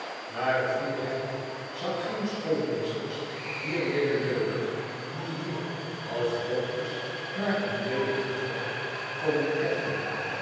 ware fierheid zou geen schoolmeesters hier willen dulden die hier als dokters naar een leelijk geval komen kijken